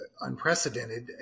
unprecedented